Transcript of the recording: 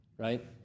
right